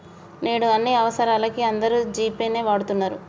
నేడు అన్ని అవసరాలకీ అందరూ జీ పే నే వాడతన్నరు